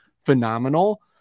phenomenal